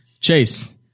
Chase